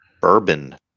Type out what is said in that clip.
bourbon